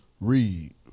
Read